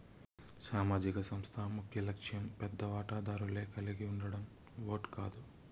సామాజిక సంస్థ ముఖ్యలక్ష్యం పెద్ద వాటాదారులే కలిగుండడం ఓట్ కాదు